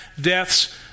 death's